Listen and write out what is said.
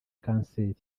kanseri